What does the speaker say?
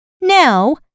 Now